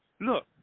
look